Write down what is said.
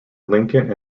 lincoln